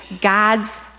God's